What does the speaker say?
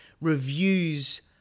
reviews